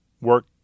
work